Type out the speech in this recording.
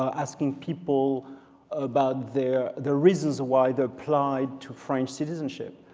ah asking people about the the reasons why they applied to french citizenship.